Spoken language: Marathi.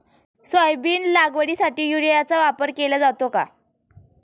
सोयाबीन लागवडीसाठी युरियाचा वापर केला जातो का?